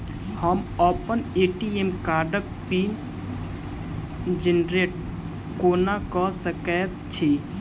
हम अप्पन ए.टी.एम कार्डक पिन जेनरेट कोना कऽ सकैत छी?